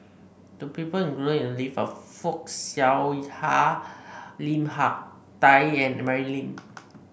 the people included in the list are Fock Siew Hak Lim Hak Tai and Mary Lim